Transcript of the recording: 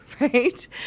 right